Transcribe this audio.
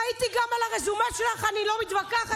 ראיתי גם על הרזומה שלך, אני לא מתווכחת.